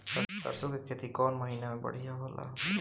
सरसों के खेती कौन महीना में बढ़िया होला?